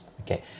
Okay